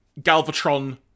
Galvatron